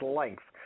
length